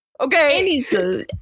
okay